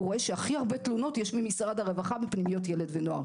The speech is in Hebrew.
הוא רואה שיש הכי הרבה תלונות ממשרד הרווחה בפנימיות ילד ונוער.